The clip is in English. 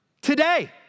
today